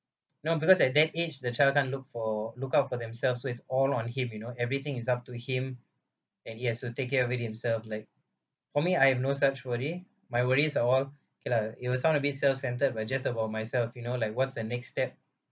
you know because at that age the child can't look for look out for themselves so is all on him you know everything is up to him and he has to take care of it himself like for me I have no such worry my worries are all okay lah it will sound a bit self centered but just about myself you know like what's the next step